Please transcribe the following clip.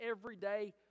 everyday